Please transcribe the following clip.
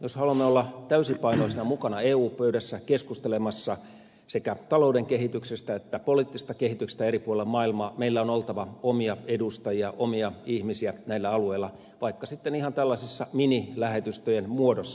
jos haluamme olla täysipainoisina mukana eu pöydässä keskustelemassa sekä talouden kehityksestä että poliittisesta kehityksestä eri puolilla maailmaa meillä on oltava omia edustajia omia ihmisiä näillä alueilla vaikka sitten ihan tällaisten minilähetystöjen muodossa